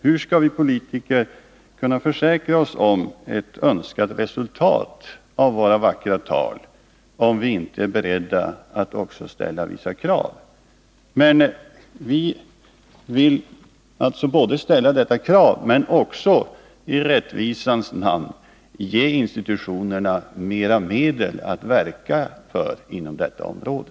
Hur skall vi politiker kunna försäkra oss om ett önskat resultat av våra vackra tal, om vi inte är beredda att också ställa vissa krav? Vi vill alltså ställa krav, men också i rättvisans namn ge institutionerna mera medel för att kunna verka inom detta område.